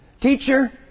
Teacher